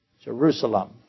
Jerusalem